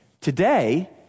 Today